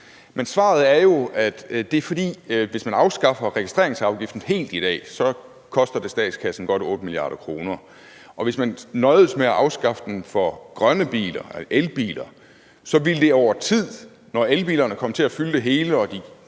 Men svaret er jo, at det skyldes, at hvis man afskaffer registreringsafgiften helt i dag, så koster det statskassen godt 8 mia. kr., og hvis man nøjedes med at afskaffe den for grønne biler og elbiler, så ville det over tid, når elbilerne kom til at fylde det hele og